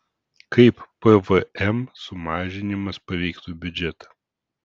kaip pvm sumažinimas paveiktų biudžetą